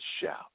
shout